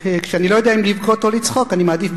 וכשאני לא יודע אם לבכות או לצחוק אני מעדיף,